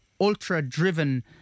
ultra-driven